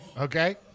okay